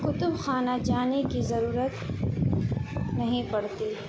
کتب خانہ جانے کی ضرورت نہیں پڑتی